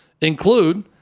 include